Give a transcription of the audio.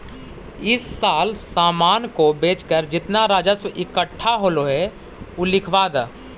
इस साल सामान को बेचकर जितना राजस्व इकट्ठा होलो हे उ लिखवा द